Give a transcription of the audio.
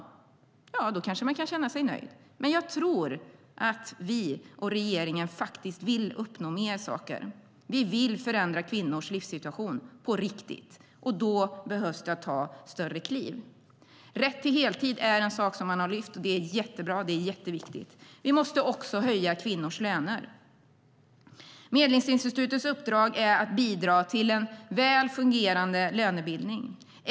Ja, då kan man kanske känna sig nöjd. Men jag tror faktiskt att vi och regeringen vill uppnå mer. Vi vill förändra kvinnors livssituation på riktigt, och då behöver man ta större kliv. Medlingsinstitutets uppdrag är att bidra till en väl fungerande lönebildning.